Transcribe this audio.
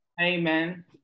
Amen